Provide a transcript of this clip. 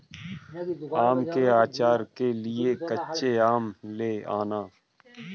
आम के आचार के लिए कच्चे आम ले आना